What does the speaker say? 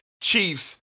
Chiefs